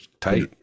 tight